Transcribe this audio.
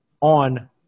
on